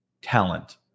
Talent